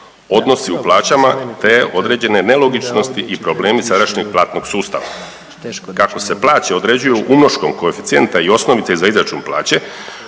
odnosi u plaćama te određene nelogičnosti i problemi sadašnjeg platnog sustava. Kako se plaće određuju umnoškom koeficijenta i osnovice za izračun plaće